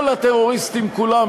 כל הטרוריסטים כולם,